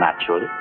Naturally